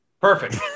Perfect